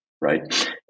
right